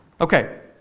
Okay